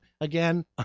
again